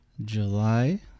July